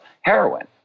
heroin